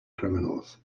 criminals